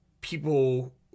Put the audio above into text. people